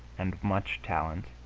and much talent,